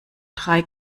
drei